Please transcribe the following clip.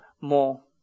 more